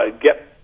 get